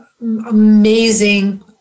amazing